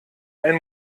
ein